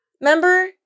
Remember